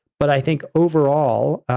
but i think overall,